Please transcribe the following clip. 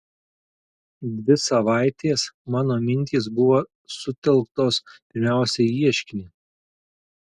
dvi savaitės mano mintys buvo sutelktos pirmiausia į ieškinį